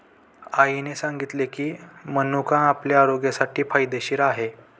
आईने सांगितले की, मनुका आपल्या आरोग्यासाठी फायदेशीर आहे